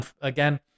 again